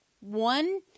one